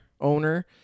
owner